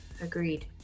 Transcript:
Agreed